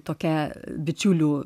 tokia bičiulių